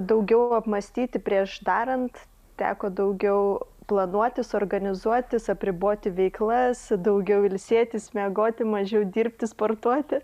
daugiau apmąstyti prieš darant teko daugiau planuotis organizuotis apriboti veiklas daugiau ilsėtis miegoti mažiau dirbti sportuoti